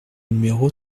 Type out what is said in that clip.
numéro